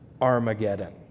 Armageddon